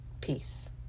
Peace